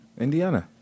Indiana